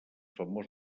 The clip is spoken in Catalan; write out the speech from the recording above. famós